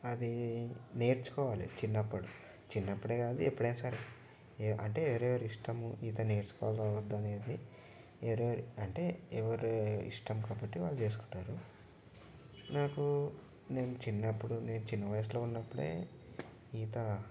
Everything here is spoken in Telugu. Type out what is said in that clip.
అది నేర్చుకోవాలి చిన్నప్పడు చిన్నప్పుడు కాదు ఎప్పుడైనా సరే అంటే ఎవరెవరు ఇష్టమో ఈత నేర్చుకోవద్దని ఎవరెవరు అంటే ఎవరెవరు ఇష్టం కాబట్టి వాళ్ళు చేసుకుంటారు నాకు నేను చిన్నప్పుడు నేను చిన్న వయసులో ఉన్నప్పుడు ఈత